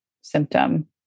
symptom